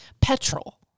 petrol